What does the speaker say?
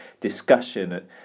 discussion